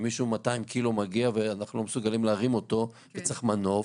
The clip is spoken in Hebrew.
שמישהו ב-200 קילו מגיע ואנחנו לא מסוגלים להרים אותו וצריך מנוף,